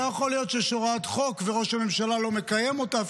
לא יכול להיות שיש הוראת חוק וראש הממשלה לא מקיים אותה.